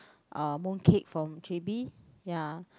uh mooncake from j_b ya